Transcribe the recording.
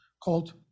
called